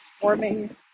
Forming